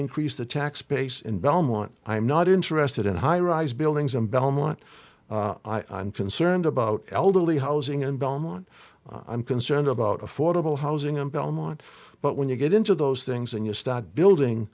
increase the tax base in belmont i'm not interested in high rise buildings in belmont i'm concerned about elderly housing in belmont i'm concerned about affordable housing in belmont but when you get into those things and you start building